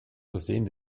versehen